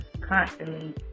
constantly